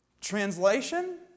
Translation